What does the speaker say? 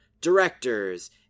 directors